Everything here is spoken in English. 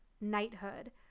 knighthood